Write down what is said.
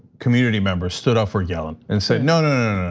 community members stood up for gelin and said, no,